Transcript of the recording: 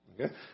Okay